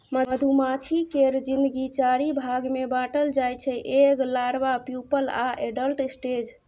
मधुमाछी केर जिनगी चारि भाग मे बाँटल जाइ छै एग, लारबा, प्युपल आ एडल्ट स्टेज